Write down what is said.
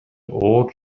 оор